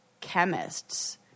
chemists